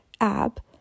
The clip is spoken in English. ab-